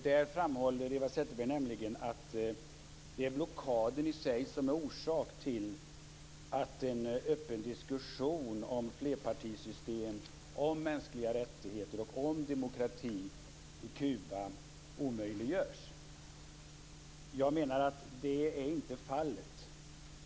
Där framhåller Eva Zetterberg nämligen att det är blockaden i sig som är orsak till att en öppen diskussion om flerpartisystem, om mänskliga rättigheter och om demokrati i Kuba omöjliggörs. Jag menar att det inte är fallet.